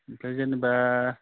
ओमफ्राय जेनेबा